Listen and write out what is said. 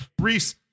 Reese